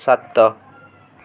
ସାତ